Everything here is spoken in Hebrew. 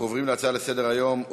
אנחנו עוברים להצעות לסדר-היום בנושא: